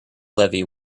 levee